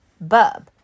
Bub